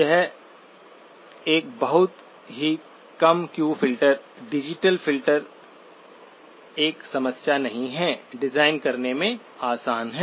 यह एक बहुत ही कम क्यू फिल्टर डिजिटल फिल्टर एक समस्या नहीं है डिजाइन करने में आसान है